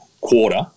quarter